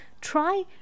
Try